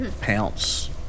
pounce